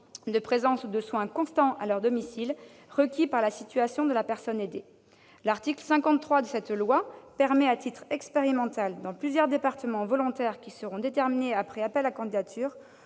de présence ou de soins constants à leur domicile requis par la situation de la personne aidée. L'article 53 de cette loi permet à titre expérimental, dans plusieurs départements volontaires qui seront déterminés après appel à candidatures,